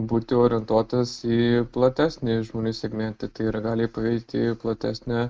būti orientuotas į platesnį žmonių segmentą tai yra gali paveikti platesnę